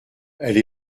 elle